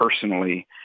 personally